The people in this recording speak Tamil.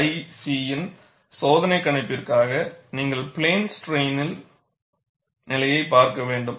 KIC இன் சோதனை கணிப்பிற்காக நீங்கள் பிளேன் ஸ்ட்ரைனின் நிலையை பார்க்க வேண்டும்